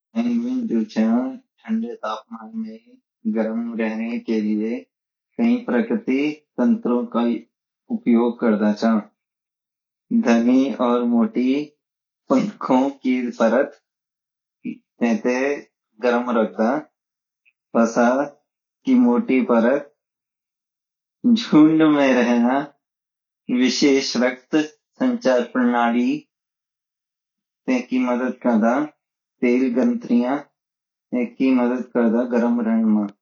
पेंगुइन्स जोजो च ठन्डे तापमान मई गरम रहे कई लिए कई प्रकृति तंत्रो का उपयोग करदा चा घनी और मोती पंखो की परत तेहते गरम रखदा पैसा की मोती परत झुण्ड मई रहना विशेष रॉक संचार प्रणाली तैकि मदद करना तैकि ग्रंथिया तहकी मदत करदा गरम रहे मा